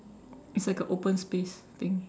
it's like a open space thing